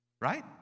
Right